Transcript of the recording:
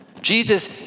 Jesus